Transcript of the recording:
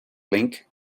link